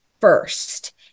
first